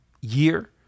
year